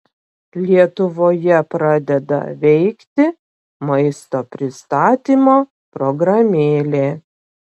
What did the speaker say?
lietuvoje pradeda veikti maisto pristatymo programėlė